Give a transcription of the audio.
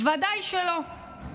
ודאי שלא.